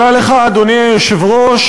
אדוני היושב-ראש,